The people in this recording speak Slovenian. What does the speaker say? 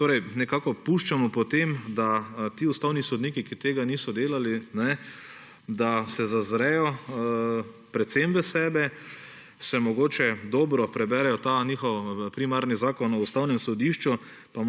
Tako nekako potem puščamo, da ti ustavni sodniki, ki tega niso delali, se zazrejo predvsem v sebe, si mogoče dobro preberejo ta njihov primarni Zakon o Ustavnem sodišču